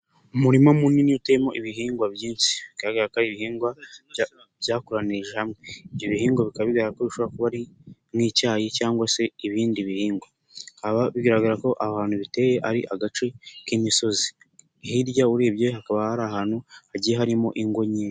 Umurima munini uteyemo ibihingwa byinshi bikagaka ibihingwa byakoranije hamwe. ibyo bihingwa bika bigaragara ko bishobora kuba ari nk'icyayi cyangwa se ibindi bihingwa. Bigaragara ko ahantu biteye ari agace k'imisozi hirya urebye hakaba hari ahantu hagiye harimo ingo nyinshi.